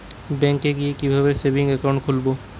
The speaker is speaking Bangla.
ব্যাঙ্কে গিয়ে কিভাবে সেভিংস একাউন্ট খুলব?